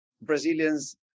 Brazilians